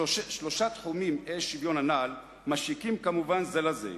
שלושת תחומי האי-שוויון הנ"ל משיקים זה לזה כמובן.